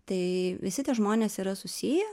tai visi tie žmonės yra susiję